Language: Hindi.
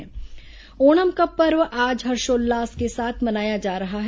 ओणम ओणम का पर्व आज हर्षोल्लास के साथ मनाया जा रहा है